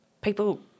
people